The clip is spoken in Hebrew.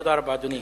תודה רבה, אדוני.